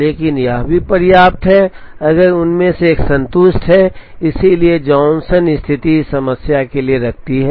लेकिन यह भी पर्याप्त है अगर उनमें से एक संतुष्ट है इसलिए जॉनसन स्थिति इस समस्या के लिए रखती है